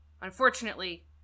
Unfortunately